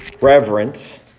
reverence